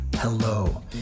Hello